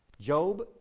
Job